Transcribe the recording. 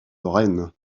rennes